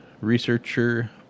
researcher